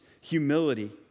humility